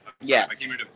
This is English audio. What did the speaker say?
Yes